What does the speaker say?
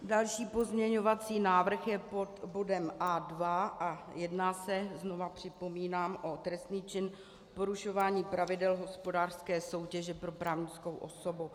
Další pozměňovací návrh je pod bodem A2 a jedná se, znovu připomínám, o trestný čin porušování pravidel hospodářské soutěže pro právnickou osobu.